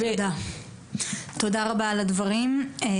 תודה רבה על הדברים,